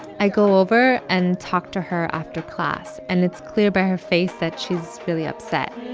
i go over and talk to her after class. and it's clear by her face that she's really upset.